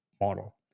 model